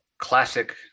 classic